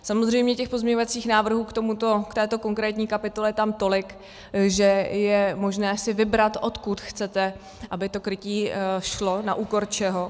Samozřejmě pozměňovacích návrhů k této konkrétní kapitole je tam tolik, že je možné si vybrat, odkud chcete, aby to krytí šlo na úkor čeho.